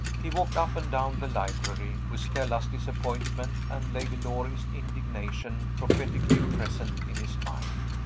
he walked up and down the library, with stella's disappointment and lady loring's indignation prophetically present in his mind.